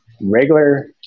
regular